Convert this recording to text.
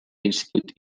institute